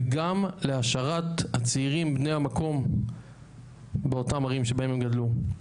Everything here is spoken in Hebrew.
וגם להשארת הצעירים בני המקום באותן ערים בהן הם גדלו.